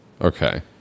Okay